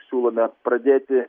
siūlome pradėti